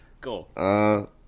Go